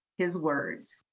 his words,